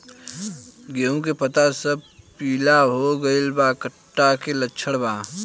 गेहूं के पता सब पीला हो गइल बा कट्ठा के लक्षण बा?